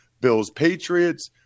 Bills-Patriots